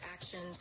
actions